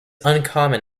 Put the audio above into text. uncommon